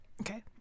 Okay